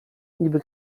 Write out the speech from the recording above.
niby